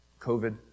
covid